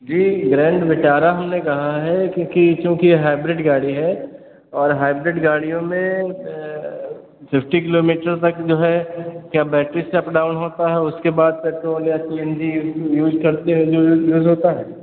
जी Grand Vitara हमने कहा है क्योंकि क्योंकि ये हाइब्रिड गाड़ी है और हाइब्रिड गाड़ियों में फ़िफ्टी किलोमीटर तक जो है क्या बैट्री से अप डाउन होता है उसके बाद पेट्रोल या सी एन जी यूज करते हैं जो भी यूज़ होता है